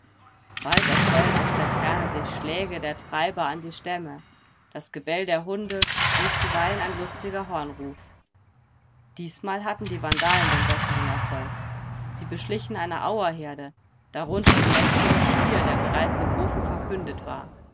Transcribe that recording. bald erschollen aus der ferne die schläge der treiber an die stämme das gebell der hunde und zuweilen ein lustiger hornruf diesmal hatten die vandalen den besseren erfolg sie beschlichen eine auerherde darunter den mächtigen stier der bereits im hofe verkündet war